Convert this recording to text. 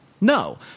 No